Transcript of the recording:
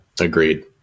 Agreed